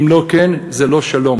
אם לא כן, זה לא שלום.